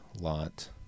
lot